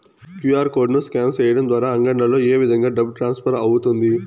QR code ను scan సేయడం ద్వారా అంగడ్లలో ఏ విధంగా డబ్బు ట్రాన్స్ఫర్ అవుతుంది